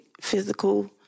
physical